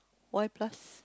why plus